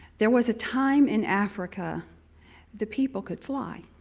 there was a time in africa the people could fly.